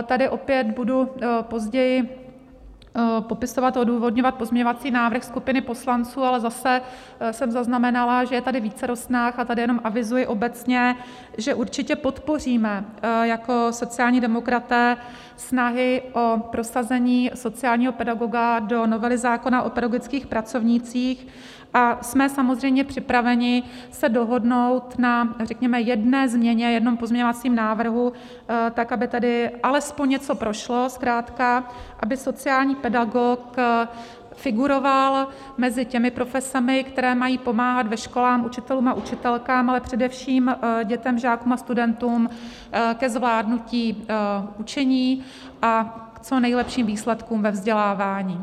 Tady opět budu později popisovat a odůvodňovat pozměňovací návrh skupiny poslanců, ale zase jsem zaznamenala, že je tady vícero snah, a tady jenom avizuji obecně, že určitě podpoříme jako sociální demokraté snahy o prosazení sociálního pedagoga do novely zákona o pedagogických pracovnících, a jsme samozřejmě připraveni se dohodnout na, řekněme, jedné změně, jednom pozměňovacím návrhu, tak aby tedy alespoň něco prošlo, zkrátka aby sociální pedagog figuroval mezi těmi profesemi, které mají pomáhat ve školách učitelům a učitelkám, ale především dětem, žákům a studentům k zvládnutí učení a k co nejlepším výsledkům ve vzdělávání.